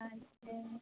अच्छा